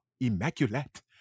immaculate